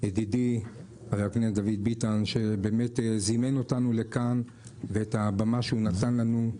ידידי דוד ביטן, שזימן אותנו לכאן ונתן לנו במה.